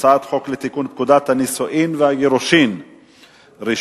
הצעת חוק לתיקון פקודת הנישואין והגירושין (רישום)